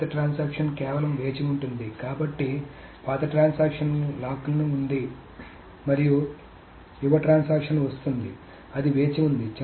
కొత్త ట్రాన్సాక్షన్ కేవలం వేచి ఉంటుంది కాబట్టి పాత ట్రాన్సాక్షన్ లాక్ను కలిగి ఉంది మరియు యువ ట్రాన్సాక్షన్ వస్తుంది అది వేచి ఉంది